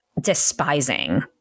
despising